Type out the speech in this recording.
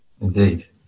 indeed